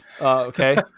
Okay